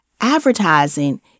Advertising